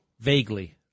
Vaguely